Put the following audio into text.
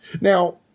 Now